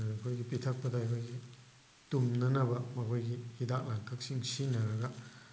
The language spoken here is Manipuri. ꯑꯩꯈꯣꯏꯒꯤ ꯄꯤꯊꯛꯄꯗ ꯑꯩꯈꯣꯏꯒꯤ ꯇꯨꯝꯅꯅꯕ ꯃꯈꯣꯏꯒꯤ ꯍꯤꯗꯥꯛ ꯂꯥꯡꯊꯛꯁꯤꯡ ꯁꯤꯖꯤꯟꯅꯔꯒ